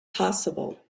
possible